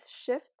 shift